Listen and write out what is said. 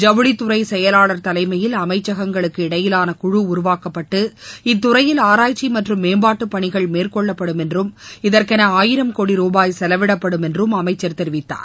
ஜவுளி துறை செபவாளர் தலைமயில் அமைச்சகங்களுக்கு இடையிலான குழு உருவாக்கப்பட்டு இத்துறையில் ஆராய்ச்சி மற்றும் மேம்பாட்டு பணிகள் மேற்கொள்ளப்படும் என்றும் இதற்கௌ அயிரம் கோடி மூபாய் செலவிடப்படும் என்றும் அமைச்சர் தெரிவித்தார்